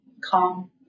calm